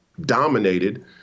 dominated